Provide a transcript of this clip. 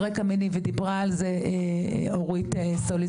על רקע מיני ודיברה על זה אורית סוליציאנו,